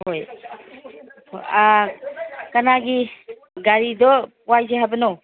ꯑꯥ ꯀꯅꯥꯒꯤ ꯒꯥꯔꯤꯗꯣ ꯋꯥꯏꯁꯦ ꯍꯥꯏꯕꯅꯣ